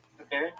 Okay